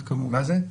כמובן,